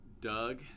Doug